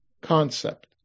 concept